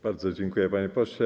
Bardzo dziękuję, panie pośle.